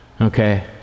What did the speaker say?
Okay